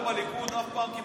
לנו לא היה אף נורבגי.